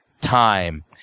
time